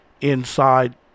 inside